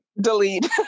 delete